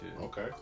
okay